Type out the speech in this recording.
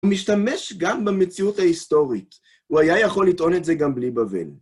הוא משתמש גם במציאות ההיסטורית, הוא היה יכול לטעון את זה גם בלי בבל.